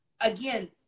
again